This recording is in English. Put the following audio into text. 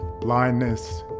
Blindness